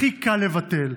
הכי קל לבטל,